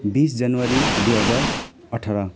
बिस जनवरी दुई हजार अठाह्र